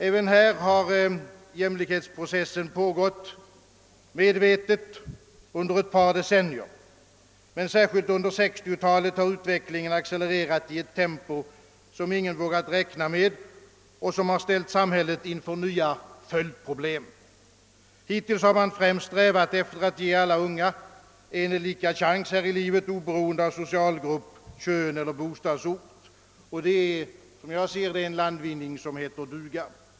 Även här har jämlikhetsprocessen pågått, medvetet, under ett par decennier, men särskilt under 1960-talet har utvecklingen accelererat i ett tempo som ingen vågat räkna med och som ställt samhället inför nya följdproblem. Hittills har man främst strävat efter att ge alla unga en lika stor chans här i livet oberoende av socialgrupp, kön eller bostadsort, och det är, som jag ser det, en landvinning som heter duga.